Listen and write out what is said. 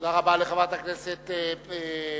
תודה רבה לחברת הכנסת שמאלוב-ברקוביץ.